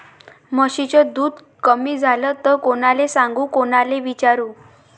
म्हशीचं दूध कमी झालं त कोनाले सांगू कोनाले विचारू?